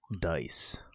dice